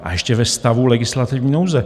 A ještě ve stavu legislativní nouze.